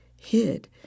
hid